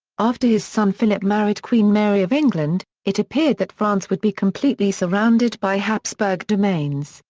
after his son philip married queen mary of england, it appeared that france would be completely surrounded by habsburg domains,